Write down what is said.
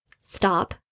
stop